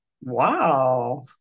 wow